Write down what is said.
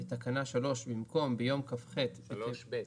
בתקנה 3(ב),